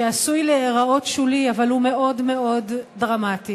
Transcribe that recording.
שעשוי להיראות שולי אבל הוא מאוד מאוד דרמטי.